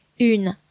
une